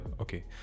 Okay